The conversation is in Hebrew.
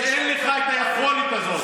ואין לך את היכולת הזאת,